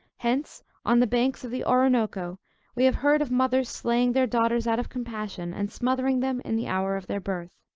hence on the banks of the oroonoko we have heard of mothers slaying their daughters out of compassion, and smothering them in the hour of their birth.